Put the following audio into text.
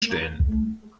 stellen